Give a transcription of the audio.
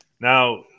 Now